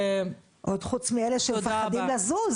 הוא רוצה שהם יהיו על ידו.